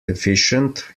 efficient